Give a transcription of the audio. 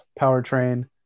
powertrain